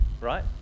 right